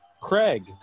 Craig